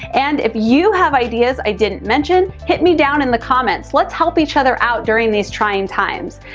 and if you have ideas i didn't mention, hit me down in the comments. let's help each other out during these trying times.